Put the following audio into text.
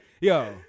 Yo